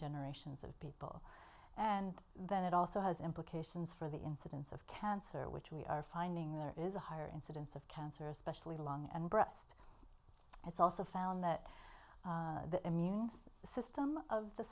generations of and then it also has implications for the incidence of cancer which we are finding there is a higher incidence of cancer especially lung and breast it's also found that the immune system of the